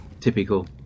Typical